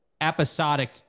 episodic